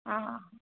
ꯑꯥ